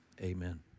amen